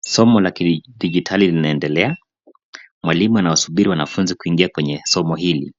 Somo la kidijitali linaendelea. Mwalimu anawasubiri wanafunzi kuingia kwenye somo hili.